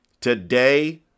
Today